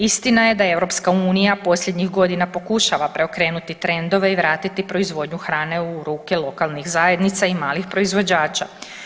Istina je da je EU posljednjih godina pokušava preokrenuti trendove i vratiti proizvodnju hrane u ruke lokalnih zajednica i malih proizvođača.